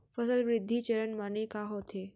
फसल वृद्धि चरण माने का होथे?